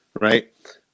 right